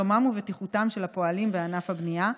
שלומם ובטיחותם של הפועלים בענף הבנייה,